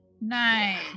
Nice